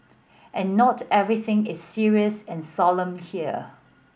and not everything is serious and solemn here